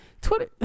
twitter